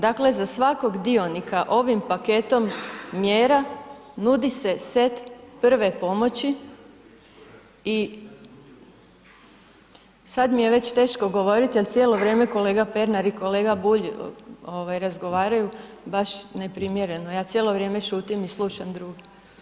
Dakle, za svakog dionika ovim paketom mjera nudi se set prve pomoći i sad mi je već teško govoriti jer cijelo vrijeme kolega Pernar i kolega Bulj ovaj razgovaraju, baš neprimjereno, ja cijelo vrijeme šutim i slušam druge.